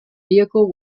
vehicle